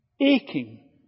aching